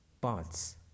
parts